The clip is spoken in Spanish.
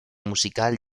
musical